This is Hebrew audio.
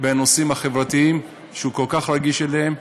בנושאים החברתיים, שהוא כל כך רגיש אליהם,